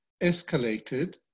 escalated